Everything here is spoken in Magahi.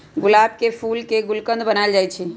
गुलाब के फूल के गुलकंदो बनाएल जाई छई